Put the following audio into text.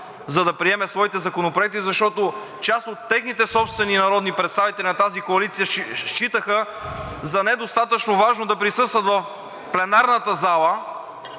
за да приеме своите законопроекти, защото част от техните собствени народни представители – на тази коалиция, считаха за недостатъчно важно да присъстват в пленарната зала